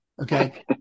Okay